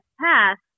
passed